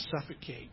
suffocate